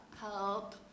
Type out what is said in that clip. help